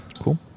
cool